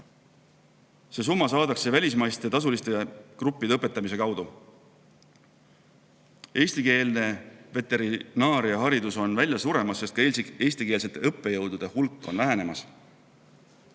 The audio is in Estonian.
See summa saadakse välismaiste tasuliste gruppide õpetamise kaudu. Eestikeelne veterinaariaharidus on välja suremas, sest eestikeelsete õppejõudude hulk on vähenemas.